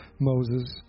Moses